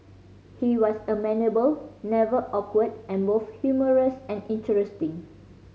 he was amenable never awkward and both humorous and interesting